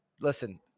Listen